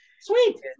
Sweet